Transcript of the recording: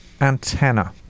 antenna